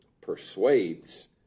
persuades